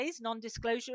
non-disclosure